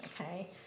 okay